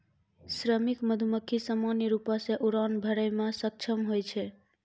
श्रमिक मधुमक्खी सामान्य रूपो सें उड़ान भरै म सक्षम होय छै